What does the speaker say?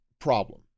problem